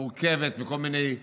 שמורכבת מכל מיני מפלגות,